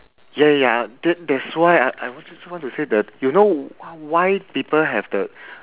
ya ya ya that that's why I I just want to say that you know why people have the